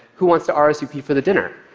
who wants to ah rsvp for the dinner?